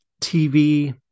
TV